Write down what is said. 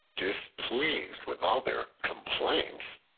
displeased with all their complaints,